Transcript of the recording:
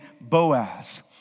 Boaz